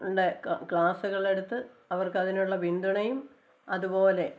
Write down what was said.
അതിന്റെ ക്ലാസ്സുകളെടുത്ത് അവര്ക്ക് അതിനുള്ള പിന്തുണയും അതുപോലെ